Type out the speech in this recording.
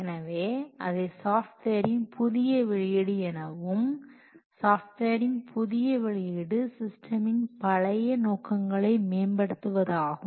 எனவே அதை சாஃப்ட்வேரின் புதிய வெளியீடு எனவும் சாஃப்ட்வேரின் புதிய வெளியீடு சிஸ்டமின் பழைய நோக்கங்களை மேம்படுத்துவது ஆகும்